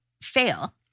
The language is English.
fail